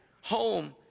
home